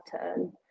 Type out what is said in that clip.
turn